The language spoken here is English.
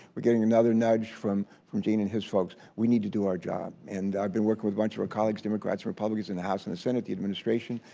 we're getting another nudge from from gene and his folks. we need to do our job. and i've been working with a bunch of our colleagues, democrats, republicans in the house and the senate, the administration,